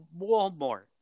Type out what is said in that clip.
Walmart